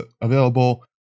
available